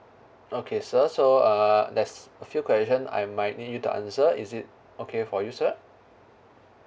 okay sir so uh there's a few question I might need you to answer is it okay for you sir